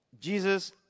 Jesus